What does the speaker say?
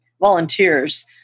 volunteers